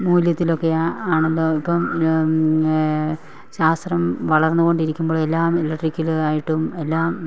മൂല്യത്തിലൊക്കെ ആ ആണല്ലോ ഇപ്പം ശാസ്ത്രം വളർന്നു കൊണ്ടിരിക്കുമ്പോഴെല്ലാം ഇലക്ട്രിക്കലായിട്ടും എല്ലാം